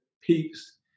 peaks